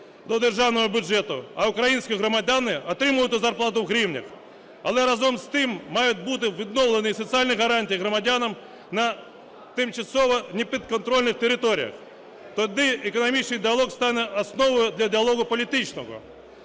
до державного бюджету, а українські громадяни отримувати зарплату в гривнях. Але, разом з тим, мають бути відновлені соціальні гарантії громадянам на тимчасово непідконтрольних територіях, тоді економічний діалог стане основою для діалогу політичного.